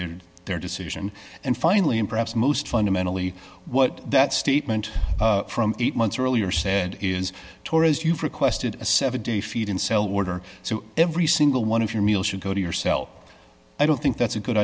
d their decision and finally and perhaps most fundamentally what that statement from eight months earlier said is tory as you've requested a seven day feed and sell order so every single one of your meal should go to your cell i don't think that's a good